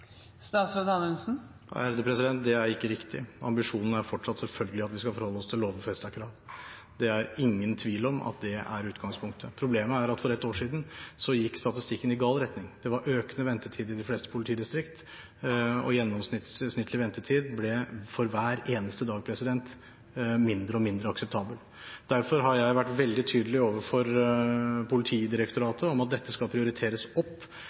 Det er ikke riktig. Ambisjonen er selvfølgelig fortsatt at vi skal forholde oss til det lovfestede kravet. Det er ingen tvil om at det er utgangspunktet. Problemet er at statistikken gikk i gal retning for ett år siden. Det var økende ventetid i de fleste politidistrikter, og gjennomsnittlig ventetid ble for hver eneste dag mindre og mindre akseptabel. Derfor har jeg vært veldig tydelig overfor Politidirektoratet om at dette skal prioriteres opp.